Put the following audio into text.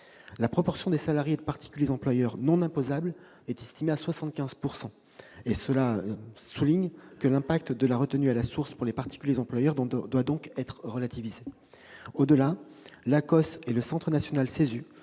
La proportion des salariés de particuliers employeurs non imposables est estimée à 75 %. L'impact de la retenue à la source pour les particuliers employeurs doit donc être relativisé. Au-delà, l'Agence centrale